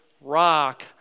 rock